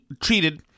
treated